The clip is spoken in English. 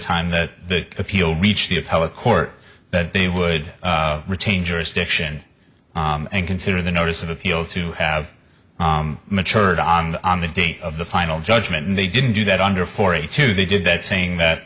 time that appeal reached the appellate court that they would retain jurisdiction and consider the notice of appeal to have matured on on the date of the final judgment and they didn't do that under forty two they did that saying that